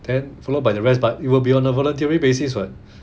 then followed by the rest but it will be on a voluntary basis [what]